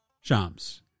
Shams